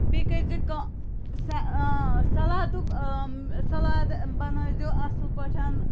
بیٚیہِ کٔرۍ زیٚو کٲم سَلاتُک سَلاد بَنٲے زیو اَصٕل پٲٹھۍ